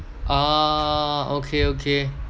ah okay okay